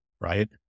right